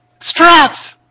straps